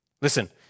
Listen